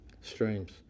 streams